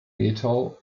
mehltau